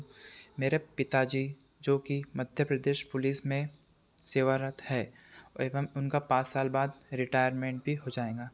मेरे पिताजी जो कि मध्यप्रेदश पुलिस में सेवारत हैं एवं उनका पाँच साल बाद रिटायरमेंट भी हो जाएगा